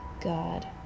God